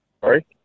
Sorry